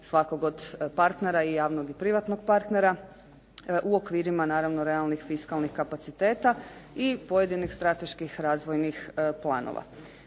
svakog od partnera i javnog i privatnog partnera u okvirima naravno realnih fiskalnih kapaciteta i pojedinih strateških razvojnih planova.